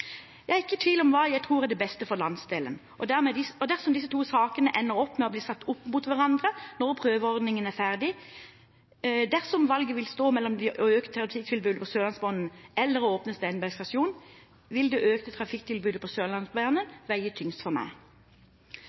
Jeg er ikke i tvil om hva jeg tror er det beste for landsdelen, dersom disse to sakene ender opp med å bli satt opp mot hverandre når prøveordningen er ferdig. Dersom valget vil stå mellom å øke trafikktilbudet på Sørlandsbanen eller å åpne Steinberg stasjon, vil det å øke trafikktilbudet på Sørlandsbanen veie tyngst for meg.